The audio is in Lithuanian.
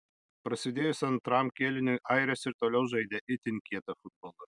prasidėjus antram kėliniui airės ir toliau žaidė itin kietą futbolą